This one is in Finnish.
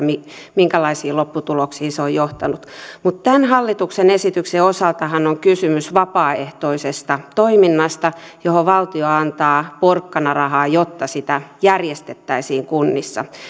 minkälaisiin lopputuloksiin ne ovat johtaneet mutta tämän hallituksen esityksen osaltahan on kysymys vapaaehtoisesta toiminnasta johon valtio antaa porkkanarahaa jotta sitä järjestettäisiin kunnissa